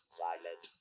silent